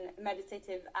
meditative